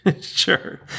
Sure